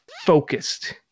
focused